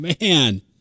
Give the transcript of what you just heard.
Man